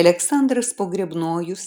aleksandras pogrebnojus